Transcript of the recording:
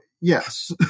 yes